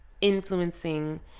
influencing